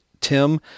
Tim